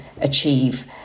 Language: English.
achieve